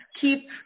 Keep